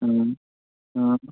অঁ